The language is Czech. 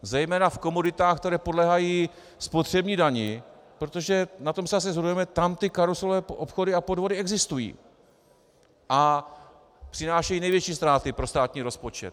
Zejména v komoditách, které podléhají spotřební dani, protože na tom se asi shodneme, tam ty karuselové obchody a podvody existují a přinášejí největší ztráty pro státní rozpočet.